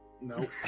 no